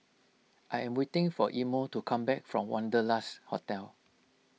I am waiting for Imo to come back from Wanderlust Hotel